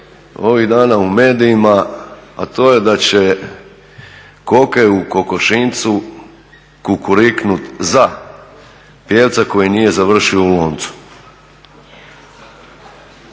ovih dana u medijima, a to je da će koke u kokošinjcu kukuriknut za pjevca koji nije završio u loncu.